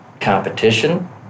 competition